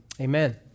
amen